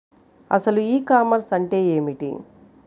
అసలు ఈ కామర్స్ అంటే ఏమిటి?